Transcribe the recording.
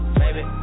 Baby